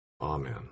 amen